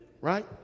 Right